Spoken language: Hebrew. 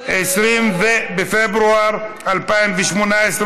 20 בפברואר 2018,